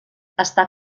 està